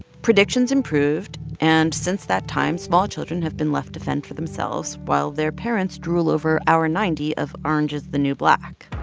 predictions improved, and since that time, small children have been left to fend for themselves while their parents drool over hour ninety of orange is the new black.